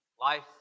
Life